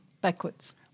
backwards